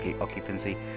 occupancy